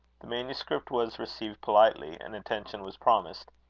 the manuscript was received politely, and attention was promised.